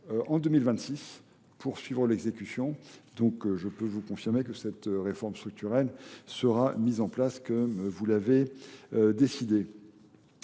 en 2026. poursuivre l'exécution, donc je peux vous confirmer que cette réforme structurelle sera mise en place comme vous l'avez décidé.